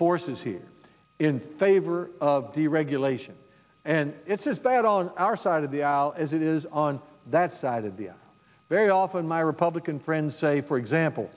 forces here in favor of deregulation and it's as bad all our side of the aisle as it is on that side of the very often my republican friends say for example